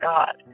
God